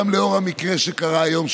גם לאור המקרה שקרה היום,